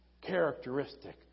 characteristic